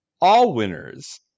All-winners